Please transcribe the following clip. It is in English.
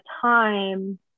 time